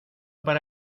para